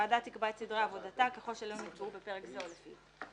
הוועדה תקבע את סדרי עבודתה ככל שלא נקבעו בפרק זה או לפיו.